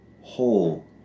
whole